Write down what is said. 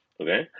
okay